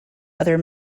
other